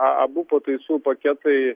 abu pataisų paketai